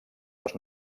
les